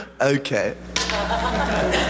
Okay